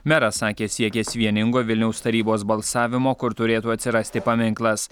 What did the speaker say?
meras sakė siekęs vieningo vilniaus tarybos balsavimo kur turėtų atsirasti paminklas